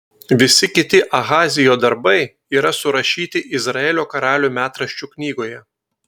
visi kiti ahazijo darbai yra surašyti izraelio karalių metraščių knygoje